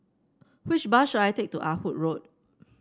which bus should I take to Ah Hood Road